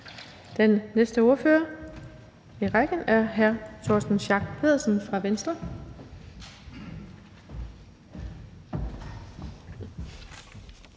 Den næste ordfører i rækken er hr. Torsten Schack Pedersen fra Venstre.